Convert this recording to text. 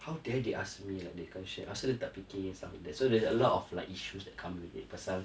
how dare they ask me like that question asal dia tak fikir pasal so there's a lot of like issues that come with it pasal